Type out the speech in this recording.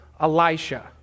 Elisha